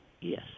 Yes